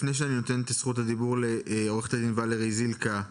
לפני שאני נותן את זכות הדיבור לעורכת הדין ולרי זילכה,